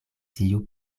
tiu